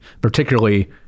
particularly